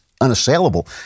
Unassailable